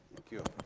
thank you.